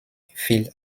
field